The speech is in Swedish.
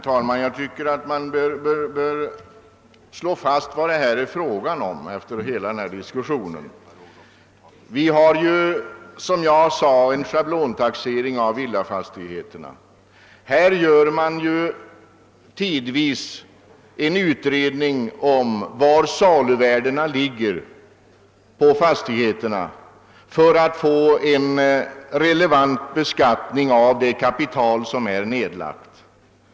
Herr talman! Jag tycker man bör slå fast vad saken egentligen gäller. Vi har en schablontaxering av villafastigheterna. Då och då görs ju en utredning om fastigheternas saluvärden för att möjliggöra en riktig beskattning av det ned» lagda kapitalet.